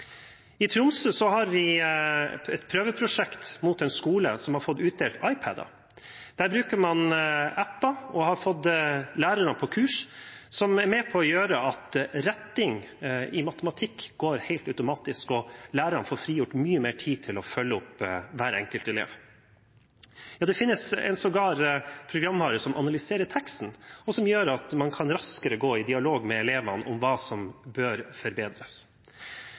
I Tromsø har vi et prøveprosjekt ved en skole der de har fått utdelt iPad-er. Der bruker man apper og har fått lærerne på kurs, noe som er med på å gjøre at retting i matematikk går helt automatisk, og lærerne får frigjort mye mer tid til å følge opp hver enkelt elev. Ja, det finnes sågar en programvare som analyserer teksten, og som gjør at man raskere kan gå i dialog med elevene om hva som bør forbedres.